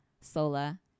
Sola